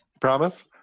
Promise